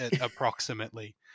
approximately